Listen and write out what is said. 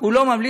הוא לא ממליץ,